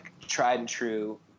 tried-and-true